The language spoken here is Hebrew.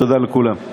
תודה לכולם.